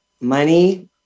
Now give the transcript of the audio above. money